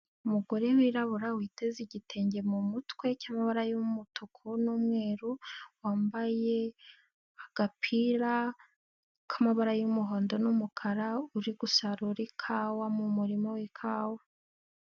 Umugore wirabura witeze igitenge mu mutwe cy'amabara y'umutuku n'umweru, wambaye agapira k'amabara y'umuhondo n'umukara. Uri gusarura ikawa mu murima w'ikawa.